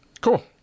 cool